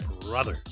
Brother